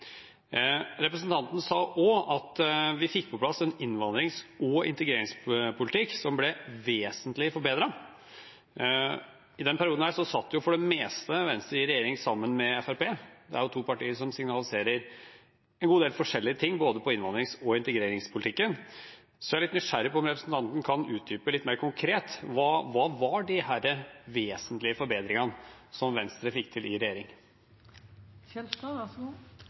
Representanten sa også at de fikk på plass en innvandrings- og integreringspolitikk som ble vesentlig forbedret. I denne perioden satt Venstre for det meste i regjering sammen med Fremskrittparitet. Det er to partier som signaliserer en god del forskjellige ting i innvandrings- og integreringspolitikken. Jeg er litt nysgjerrig på om representanten kan utdype litt mer konkret. Hva var disse vesentlige forbedringene som Venstre fikk til i